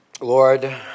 Lord